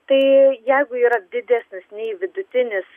tai jeigu yra didesnis nei vidutinis